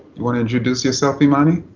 want to introduce yourself, imani?